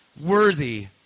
worthy